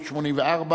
384,